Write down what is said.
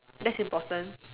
that's important